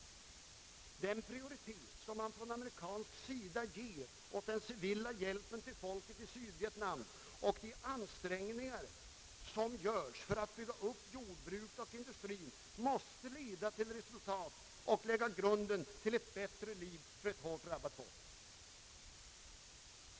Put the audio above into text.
Den prioritet som man från amerikansk sida ger åt den civila hjälpen till folket i Sydvietnam och de ansträngningar, som görs för att bygga upp jordbruket och industrien, måste leda till resultat och lägga grunden till ett bättre liv för ett hårt drabbat folk.